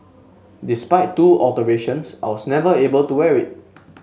despite two alterations I was never able to wear it